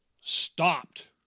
stopped